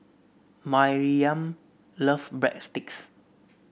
Maryam love Breadsticks